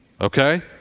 okay